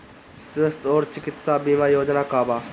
स्वस्थ और चिकित्सा बीमा योजना का बा?